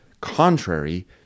contrary